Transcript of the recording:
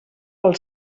pel